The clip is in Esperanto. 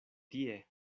tie